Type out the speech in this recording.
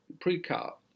pre-cut